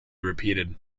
repeated